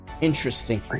interesting